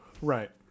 Right